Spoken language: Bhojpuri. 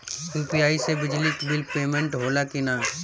यू.पी.आई से बिजली बिल पमेन्ट होला कि न?